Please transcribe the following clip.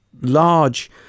large